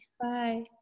bye